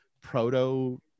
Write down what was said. proto